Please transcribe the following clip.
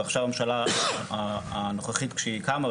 והממשלה הנוכחית כשהיא קמה,